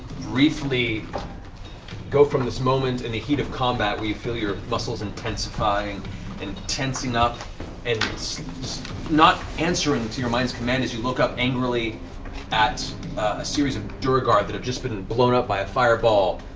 briefly go from this moment in the heat of combat where you feel your muscles intensify and tensing up and not answering to your mind's command as you look up angrily at a series of duergar that have just been blown up by a fireball,